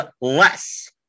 less